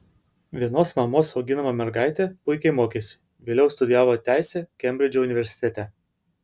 vienos mamos auginama mergaitė puikiai mokėsi vėliau studijavo teisę kembridžo universitete